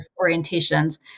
orientations